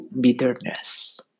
bitterness